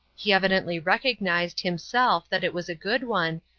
he evidently recognized, himself, that it was a good one,